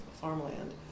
farmland